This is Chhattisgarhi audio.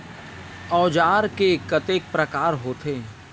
औजार के कतेक प्रकार होथे?